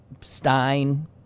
Stein